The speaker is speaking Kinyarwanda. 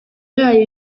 yayo